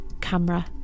camera